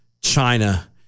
China